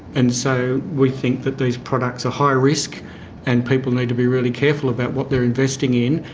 and so we think that these products are high risk and people need to be really careful about what they're investing in,